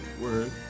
Word